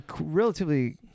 relatively